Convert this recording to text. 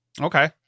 Okay